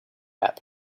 app